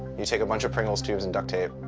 you take a bunch of pringles tubes and duct tape,